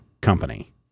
company